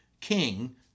king